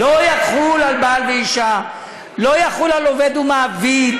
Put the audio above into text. לא יחול על בעל ואישה, לא יחול על עובד ומעביד.